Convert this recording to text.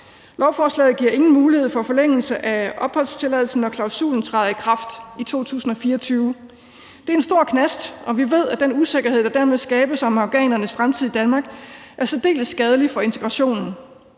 Lovforslaget giver ingen mulighed for forlængelse af opholdstilladelsen, når klausulen træder i kraft i 2024. Det er en stor knast, og vi ved, at den usikkerhed, der dermed skabes om afghanernes fremtid i Danmark, er særdeles skadelig for integrationen.